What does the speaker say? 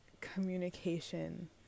communication